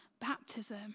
baptism